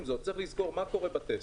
צריך לזכור מה קורה בטסט.